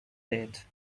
debt